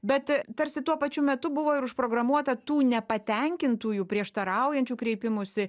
bet tarsi tuo pačiu metu buvo ir užprogramuota tų nepatenkintųjų prieštaraujančių kreipimusi